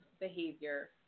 behavior